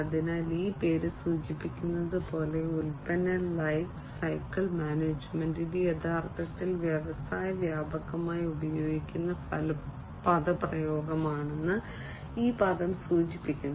അതിനാൽ ഈ പേര് സൂചിപ്പിക്കുന്നത് പോലെ ഉൽപ്പന്ന ലൈഫ് സൈക്കിൾ മാനേജ്മെന്റ് ഇത് യഥാർത്ഥത്തിൽ വ്യവസായത്തിൽ വ്യാപകമായി ഉപയോഗിക്കുന്ന പദപ്രയോഗമാണെന്ന് ഈ പദം സൂചിപ്പിക്കുന്നു